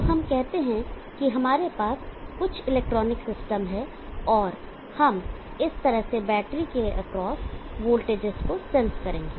तो हम कहते हैं कि हमारे पास कुछ इलेक्ट्रॉनिक सिस्टम है और हम इस तरह से बैटरी के एक्रॉस वोल्टेजेस को सेंस करेंगे